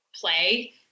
play